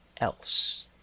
else